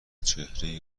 چهره